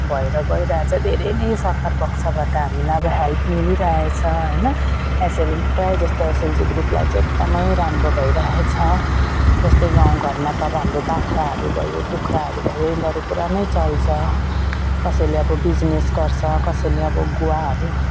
भएर गइरहेछ धेरै नै सरकार पक्षबाट हामीलाई अब हेल्प मिलिरहेछ हैन यसैले प्रायः जस्तो एसएलजी ग्रुपलाई चाहिँ अब एकदमै राम्रो भइरहेछ जस्तै गाउँघरमा त अब हाम्रो बाख्राहरू भयो कुखुराहरू भयो यिनीरू पुरा नै चल्छ कसैले अब बिजनेस गर्छ कसैले अब गुवाहरू